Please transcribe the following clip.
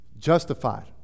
justified